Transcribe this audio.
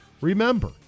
remember